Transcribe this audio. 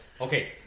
Okay